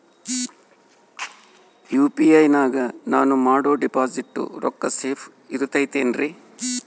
UPI ನಾಗ ನಾನು ಮಾಡೋ ಡಿಪಾಸಿಟ್ ರೊಕ್ಕ ಸೇಫ್ ಇರುತೈತೇನ್ರಿ?